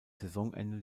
saisonende